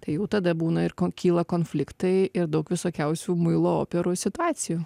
tai jau tada būna ir ko kyla konfliktai ir daug visokiausių muilo operų situacijų